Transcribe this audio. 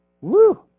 Woo